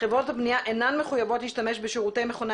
חברות הבנייה אינן מחויבות להשתמש בשירותי מכוני